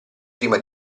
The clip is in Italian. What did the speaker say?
prima